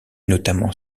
notamment